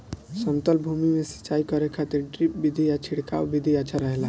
समतल भूमि में सिंचाई करे खातिर ड्रिप विधि या छिड़काव विधि अच्छा रहेला?